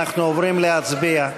אנחנו עוברים להצביע.